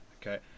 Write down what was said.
Okay